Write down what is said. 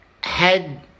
head